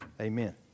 Amen